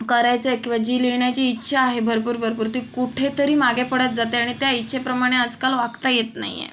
करायचं आहे किंवा जी लिहिण्याची इच्छा आहे भरपूर भरपूर ती कुठेतरी मागे पडत जाते आणि त्या इच्छेप्रमाणे आजकाल वागता येत नाही आहे